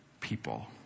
people